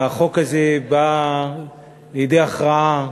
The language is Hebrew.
והחוק הזה בא לידי הכרעה,